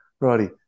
Righty